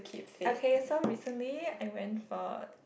okay so recently I went for